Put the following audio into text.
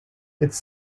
its